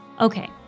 Okay